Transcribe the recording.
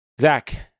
Zach